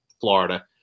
Florida